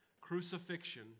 crucifixion